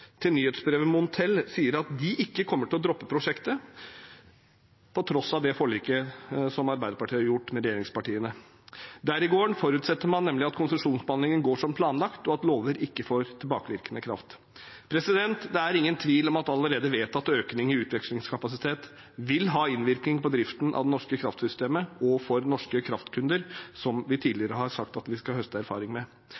til nyhetsbrevet Montel sier at de ikke kommer til å droppe prosjektet, på tross av det forliket Arbeiderpartiet har inngått med regjeringspartiene. Der i gården forutsetter man nemlig at konsesjonsbehandlingen går som planlagt, og at lover ikke får tilbakevirkende kraft. Det er ingen tvil om at den allerede vedtatte økningen i utvekslingskapasitet vil ha innvirkning på driften av det norske kraftsystemet og for norske kraftkunder, som vi